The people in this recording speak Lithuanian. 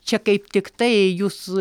čia kaip tiktai jūs